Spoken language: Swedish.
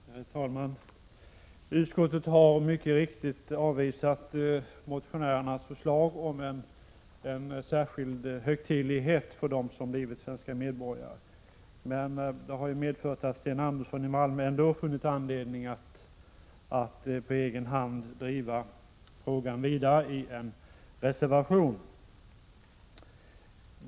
Herr talman! Utskottet har mycket riktigt avvisat motionärernas förslag om en särskild högtidlighet för dem som blivit svenska medborgare, men Sten Andersson i Malmö har ändå funnit anledning att på egen hand driva frågan vidare i en reservation.